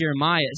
Jeremiah